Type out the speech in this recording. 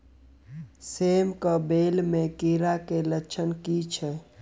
सेम कऽ बेल म कीड़ा केँ लक्षण की छै?